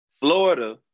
florida